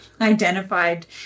identified